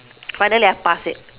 finally I pass it